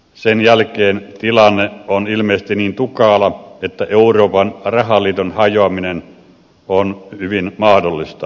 sen jälkeen tilanne on ilmeisesti niin tukala että euroopan rahaliiton hajoaminen on hyvin mahdollista